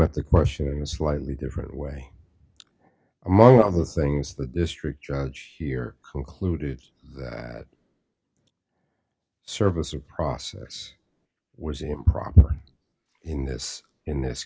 at the question and slightly different way among other things the district judge here concluded that service or process was improper in this in this